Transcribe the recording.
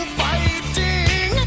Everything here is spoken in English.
fighting